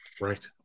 Right